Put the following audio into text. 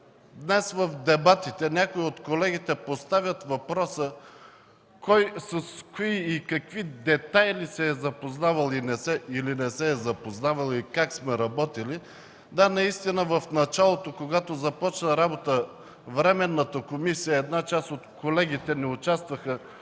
днес в дебатите някои от колегите поставят въпроса: кой с кои и какви детайли се е запознавал или не се е запознавал, и как сме работили, да, наистина в началото, когато започна работа Временната комисия, една част от колегите не участваха